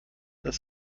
das